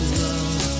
love